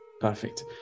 Perfect